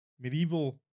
medieval